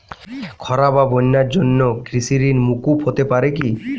খরা বা বন্যার জন্য কৃষিঋণ মূকুপ হতে পারে কি?